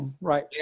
Right